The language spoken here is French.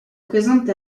présentent